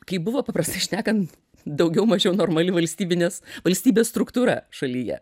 kai buvo paprastai šnekant daugiau mažiau normali valstybinės valstybės struktūra šalyje